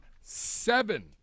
seven